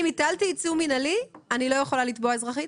אם הטלתי עיצום מנהלי, אני לא יכולה לתבוע אזרחית?